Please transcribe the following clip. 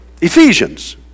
Ephesians